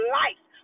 life